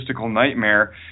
nightmare